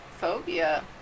phobia